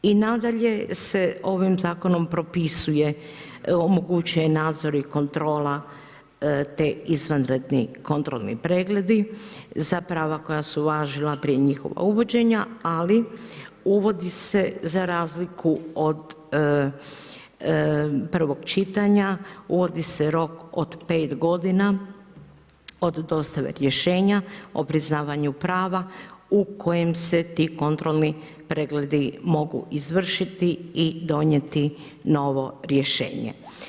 I nadalje se ovim zakonom propisuje, omogućuje nadzor i kontrola te izvanredni kontrolni pregledi, za prava koja su važila prije njihova uvođenja, ali uvodi se za razliku od prvog čitanja, uvodi se rok od 5 g. od dostave rješenja o priznavanju prava u kojem se ti kontrolni pregledi mogu izvršiti i donijeti novo rješenje.